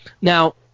Now